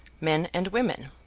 men and women,